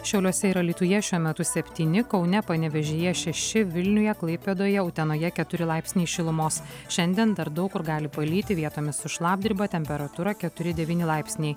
šiauliuose ir alytuje šiuo metu septyni kaune panevėžyje šeši vilniuje klaipėdoje utenoje keturi laipsniai šilumos šiandien dar daug kur gali palyti vietomis su šlapdriba temperatūra keturi devyni laipsniai